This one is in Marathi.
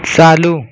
चालू